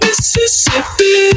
Mississippi